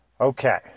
Okay